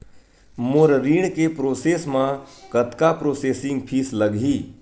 मोर ऋण के प्रोसेस म कतका प्रोसेसिंग फीस लगही?